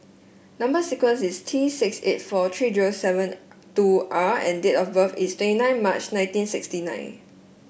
number sequence is T six eight four three zero seven two R and date of birth is twenty nine March nineteen sixty nine